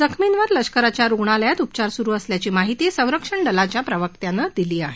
जखमींवर लष्कराच्या रुग्णालयात उपचार सुरु असल्याची माहिती संरक्षण दलाच्या प्रवक्त्यानं दिली आहे